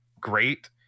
great